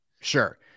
sure